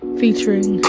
featuring